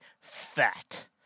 fat